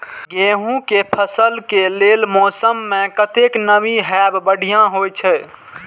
गेंहू के फसल के लेल मौसम में कतेक नमी हैब बढ़िया होए छै?